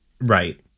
Right